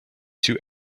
two